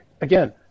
again